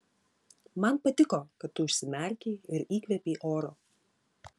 man patiko kad tu užsimerkei ir įkvėpei oro